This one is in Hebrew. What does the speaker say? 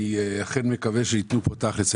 אני אכן מקווה שייתנו פה תכלס.